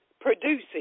Producing